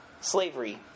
slavery